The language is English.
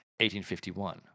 1851